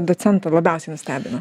docentą labiausiai nustebino